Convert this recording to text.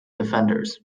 defenders